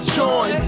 joy